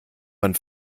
man